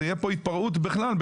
תהיה פה התפרעות בכלל,